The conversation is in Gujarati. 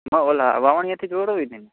ઓલા વાવણીયાથી જ વવડાવી હતી ને